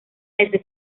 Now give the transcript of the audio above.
desde